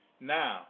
Now